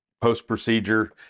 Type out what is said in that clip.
post-procedure